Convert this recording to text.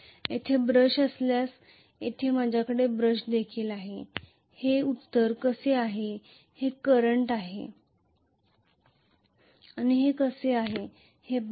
येथे ब्रश असल्यास येथे माझ्याकडे ब्रश देखील आहे येथे उत्तर कसे आहे ते येथे करंट कसे आहे ते पाहू